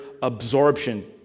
absorption